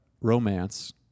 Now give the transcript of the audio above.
romance